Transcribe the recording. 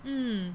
mm